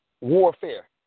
warfare